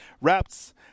wraps